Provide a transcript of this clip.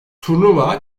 turnuva